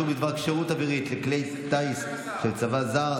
(אישור בדבר כשירות אווירית לכלי טיס של צבא זר),